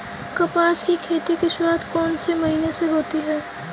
कपास की खेती की शुरुआत कौन से महीने से होती है?